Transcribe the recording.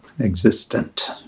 existent